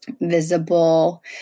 visible